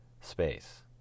space